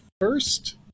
first